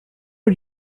are